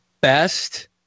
best